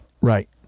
Right